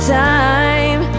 time